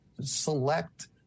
select